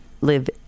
live